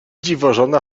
dziwożona